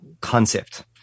concept